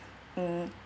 mm